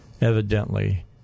evidently